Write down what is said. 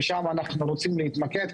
ושם אנחנו רוצים להתמקד.